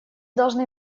должны